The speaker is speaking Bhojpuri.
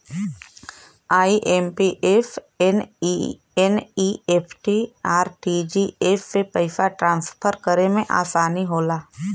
आई.एम.पी.एस, एन.ई.एफ.टी, आर.टी.जी.एस से पइसा ट्रांसफर करे में आसानी होला